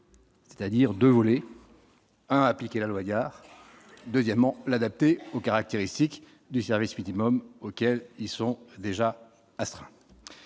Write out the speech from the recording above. C'est-à-dire de voler à appliquer la loi Diard, deuxièmement l'adapter aux caractéristiques du service minimum auquel ils sont déjà astreint,